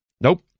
Nope